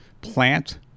plant